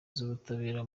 z’ubutabera